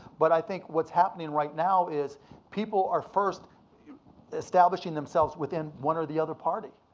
but i think what's happening right now is people are first establishing themselves within one or the other party.